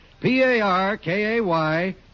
P-A-R-K-A-Y